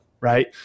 right